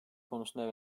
konusunda